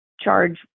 charge